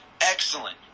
Excellent